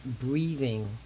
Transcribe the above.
breathing